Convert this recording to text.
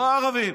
לא הערבים.